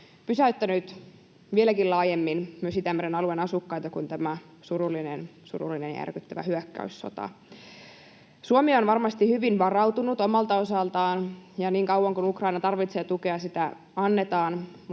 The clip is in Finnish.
pysäyttänyt vieläkin laajemmin myös Itämeren alueen asukkaita kuin tämä surullinen ja järkyttävä hyökkäyssota. Suomi on varmasti hyvin varautunut omalta osaltaan, ja niin kauan kuin Ukraina tarvitsee tukea, sitä annetaan,